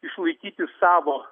išlaikyti savo